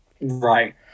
Right